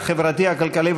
החברתי והכלכלי.